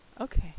Okay